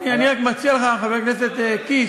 אני רק מציע לך, חבר הכנסת קיש,